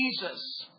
Jesus